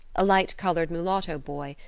a light-colored mulatto boy,